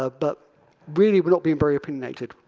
ah but really we're not being very opinionated.